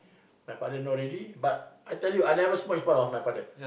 my father know already but I tell you I never smoke in front of my father